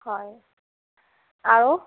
হয় আৰু